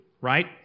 right